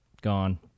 Gone